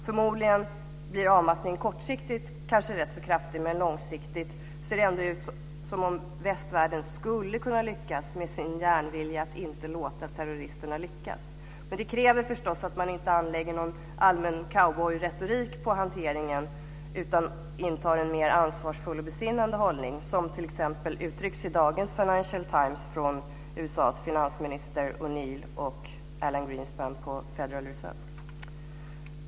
Förmodligen blir avmattningen kortsiktigt kanske rätt så kraftig, men långsiktigt ser det ändå ut som om västvärlden skulle kunna lyckas med sin järnvilja att inte låta terroristerna lyckas. Men det kräver förstås att man inte anlägger en allmän cowboyretorik på hanteringen utan intar en mer ansvarsfull och besinnande hållning, som t.ex. uttrycks i dagens Financial Times från USA:s finansminister O'Neill och Alan Greenspan på Federal Reserves.